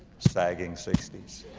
sagging sixties,